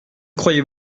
croyez